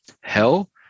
hell